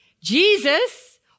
Jesus